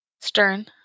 Stern